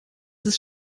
ist